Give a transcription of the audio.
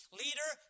leader